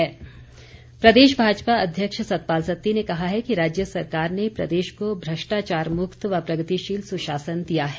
सत्ती प्रदेश भाजपा अध्यक्ष सतपाल सत्ती ने कहा है कि राज्य सरकार ने प्रदेश को भ्रष्टाचार मुक्त व प्रगतिशील सुशासन दिया है